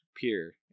peer